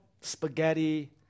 spaghetti